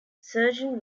surgeon